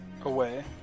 Away